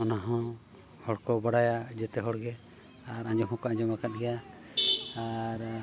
ᱚᱱᱟᱦᱚᱸ ᱦᱚᱲᱠᱚ ᱵᱟᱲᱟᱭᱟ ᱡᱮᱛᱮ ᱦᱚᱲᱜᱮ ᱟᱨ ᱟᱸᱡᱚᱢ ᱦᱚᱸᱠᱚ ᱟᱸᱡᱚᱢ ᱟᱠᱟᱫ ᱜᱮᱭᱟ ᱟᱨᱻ